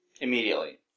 Immediately